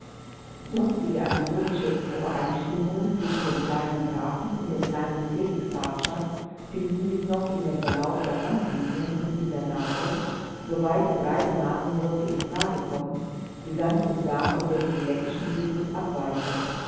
sonstige anatomische obereinstimmungen zwischen dem kleinen grafen und dem kleinen felix pracza finden sich noch in dem verlauf der handlinien und in der nase soweit die breite nasenwurzel in frage kommt die ganz und gar von dem kwileckischen typus abweiche